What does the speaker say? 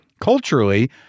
culturally